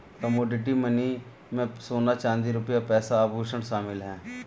commodity money में सोना चांदी रुपया पैसा आभुषण शामिल है